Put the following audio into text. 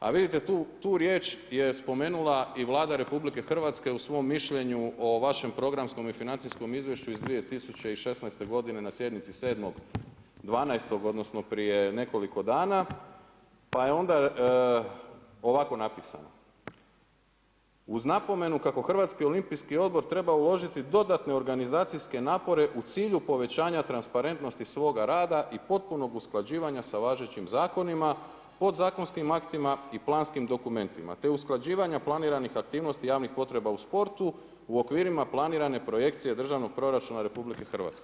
A vidite tu riječ je spomenula i Vlada RH u svom mišljenju o vašem programskom i financijskom izvješću iz 2016. godine na sjednici 7.12. odnosno prije nekoliko dana, pa je onda ovako napisano: „Uz napomenu kako Hrvatski olimpijski odbor treba uložiti dodatne organizacijske napore u cilju povećanja transparentnosti svoga rada i potpunog usklađivanja sa važećim zakonima, podzakonskim aktima i planskim dokumentima, te usklađivanja planiranih aktivnosti i javnih potreba u sportu u okvirima planirane projekcije državnog proračuna RH.